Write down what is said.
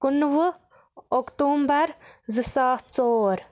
کُنوُہ اکتوٗبر زٕ ساس ژور